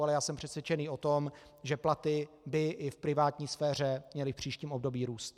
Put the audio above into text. Ale já jsem přesvědčený o tom, že platy by i v privátní sféře měly v příštím období růst.